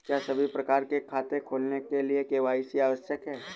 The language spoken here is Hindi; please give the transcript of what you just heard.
क्या सभी प्रकार के खाते खोलने के लिए के.वाई.सी आवश्यक है?